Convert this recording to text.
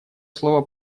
слово